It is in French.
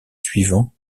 suivant